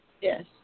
Yes